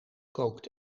kookt